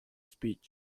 speech